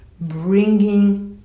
bringing